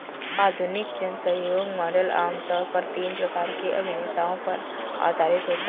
आधुनिक जनसहयोग मॉडल आम तौर पर तीन प्रकार के अभिनेताओं पर आधारित होता है